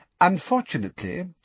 Unfortunately